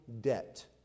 debt